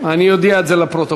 אני אודיע את זה לפרוטוקול.